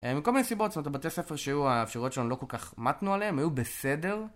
מכל מיני סיבות, זאת אומרת הבתי הספר שהיו האפשרות שלנו לא כל כך מתנו עליהם, היו בסדר